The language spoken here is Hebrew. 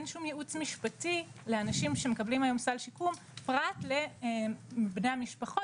אין שום ייעוץ משפטי לאנשים שמקבלים היום סל שיקום פרט לבני המשפחות